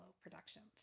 productions